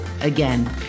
again